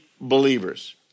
believers